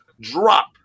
drop